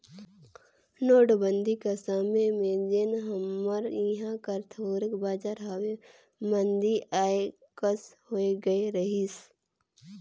नोटबंदी कर समे में जेन हमर इहां कर थोक बजार हवे मंदी आए कस होए गए रहिस